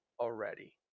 already